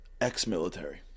ex-military